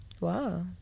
wow